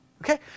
Okay